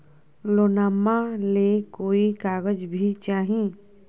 लोनमा ले कोई कागज भी चाही?